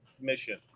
Mission